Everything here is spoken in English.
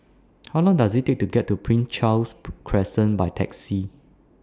How Long Does IT Take to get to Prince Charles Crescent By Taxi